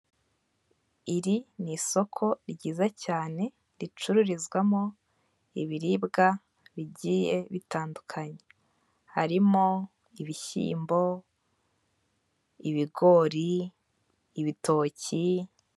Iri ni isoko ryiza cyane, ricururizwamo ibiribwa bigiye bitandukanye, harimo ibishyimbo, ibigori, ibitoki.